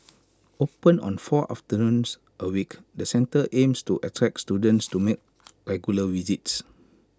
open on four afternoons A week the centre aims to attract students to make regular visits